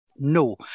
No